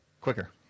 quicker